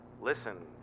listen